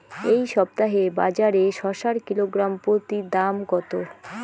এই সপ্তাহে বাজারে শসার কিলোগ্রাম প্রতি দাম কত?